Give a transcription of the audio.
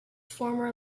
former